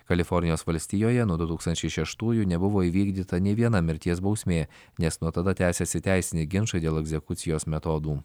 kalifornijos valstijoje nuo du tūkstančiai šeštųjų nebuvo įvykdyta nė viena mirties bausmė nes nuo tada tęsėsi teisiniai ginčai dėl egzekucijos metodų